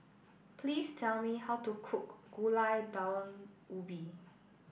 please tell me how to cook Gulai Daun Ubi